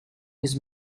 his